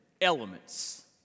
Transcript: elements